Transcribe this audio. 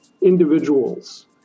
individuals